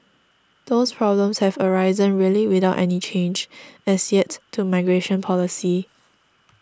those problems have arisen really without any change as yet to migration policy